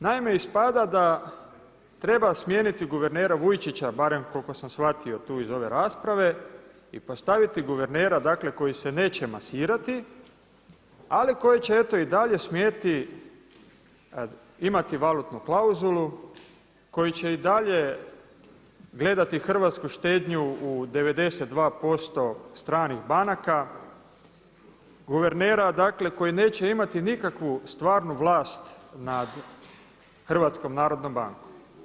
Naime ispada da treba smijeniti guvernera Vujčića barem koliko sam shvatio tu iz ove rasprave i postaviti guvernera koji se neće masirati, ali koji će eto i dalje smjeti imati valutnu klauzulu, koji će i dalje gledati hrvatsku štednju u 92% stranih banaka, guvernera koji neće imati nikakvu stvarnu vlast nad HNB-om.